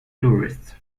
tourists